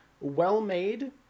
well-made